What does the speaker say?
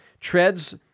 treads